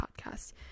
podcast